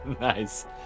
Nice